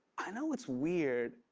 i know it's weird.